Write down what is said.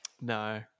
No